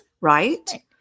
Right